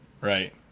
Right